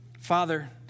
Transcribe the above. Father